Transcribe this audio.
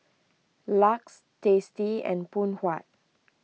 Lux Tasty and Phoon Huat